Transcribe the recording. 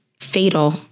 fatal